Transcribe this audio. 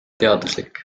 teaduslik